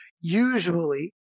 usually